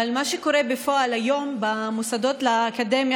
אבל מה שקורה בפועל היום במוסדות להשכלה